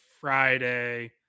Friday